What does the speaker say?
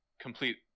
complete